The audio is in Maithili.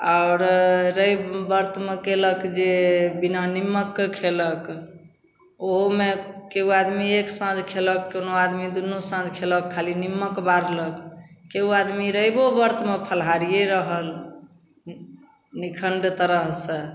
आओर रवि वर्तमे कएलक जे बिना निमकके खएलक ओहोमे केओ आदमी एक साँझ खएलक कोनो आदमी दुन्नू साँझ खण्लक खाली निमक बारलक केओ आदमी रइबो वर्तमे फलाहारिए रहल निखण्ड तरहसँ